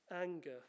anger